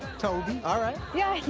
toby, all right. yeah,